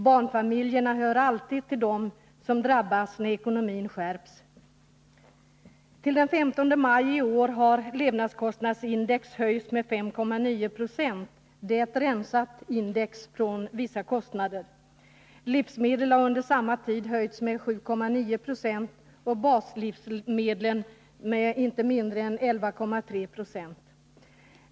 Barnfamiljerna hör alltid till dem som drabbas när ekonomin skärps. Till den 15 maj i år har levnadskostnadsindex höjts med 5,9 26. Detta är ett index som rensats från vissa kostnader. Livsmedlen har under samma tid höjts med 7,9 90 och baslivsmedlen med inte mindre än 11,3 26.